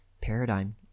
paradigm